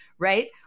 Right